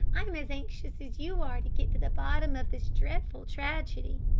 i am as anxious as you are to get to the bottom of this dreadful tragedy.